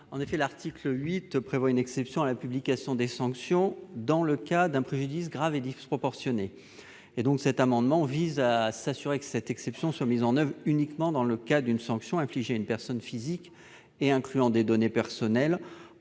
Jomier. L'article 8 prévoit une exception à la publication des sanctions dans le cas d'un préjudice grave et disproportionné. Cet amendement vise à s'assurer que cette exception sera mise en oeuvre uniquement dans le cas d'une sanction infligée à une personne physique et incluant des données personnelles.